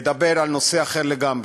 לדבר על נושא אחר לגמרי,